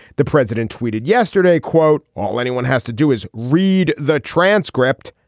the president tweeted yesterday quote all anyone has to do is read the transcript.